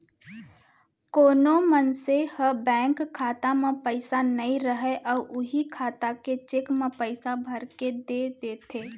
कोनो मनसे ह बेंक खाता म पइसा नइ राहय अउ उहीं खाता के चेक म पइसा भरके दे देथे